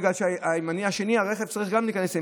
בגלל שהרכב בימני השני צריך גם להיכנס ימינה.